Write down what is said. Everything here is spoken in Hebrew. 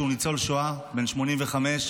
שהוא ניצול שואה בן 85,